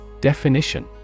Definition